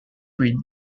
breed